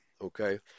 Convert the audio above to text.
Okay